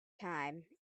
time